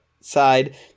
side